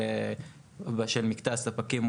של מקטע הספקים,